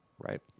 right